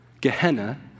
Gehenna